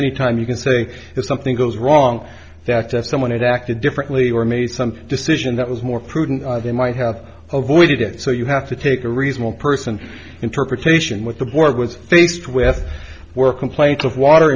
any time you can say if something goes wrong that someone had acted differently or made some decision that was more prudent they might have avoided it so you have to take a reasonable person interpretation with the board was faced with were complaints of water